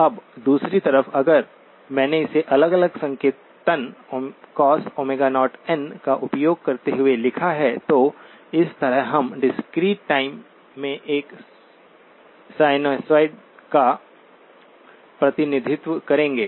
अब दूसरी तरफ अगर मैंने इसे अलग अलग संकेतन cos का उपयोग करते हुए लिखा है तो इस तरह हम डिस्क्रीट टाइम में एक साइनसॉइड का प्रतिनिधित्व करेंगे